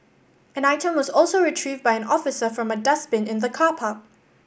an item was also retrieved by an officer from a dustbin in the car park